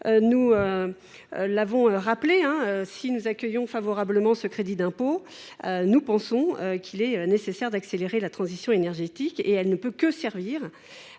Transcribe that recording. je l’ai rappelé, si nous accueillons favorablement ce crédit d’impôt, nous pensons qu’il est nécessaire d’accélérer la transition énergétique. Elle ne peut pas servir